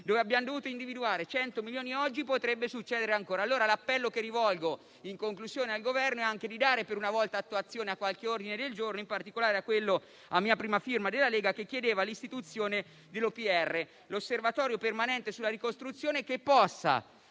oggi abbiamo dovuto individuare 100 milioni, potrebbe succedere ancora. Pertanto, l'appello che rivolgo al Governo in conclusione è anche di dare per una volta attuazione a qualche ordine del giorno, in particolare a quello a mia prima firma della Lega, che chiede l'istituzione dell'osservatorio permanente sulla ricostruzione (OPR),